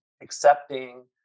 accepting